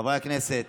חברי הכנסת.